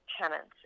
tenants